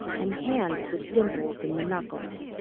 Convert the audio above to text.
and hands with dimples in the knuckles.